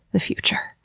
the future.